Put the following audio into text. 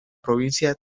provincia